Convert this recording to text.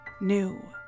new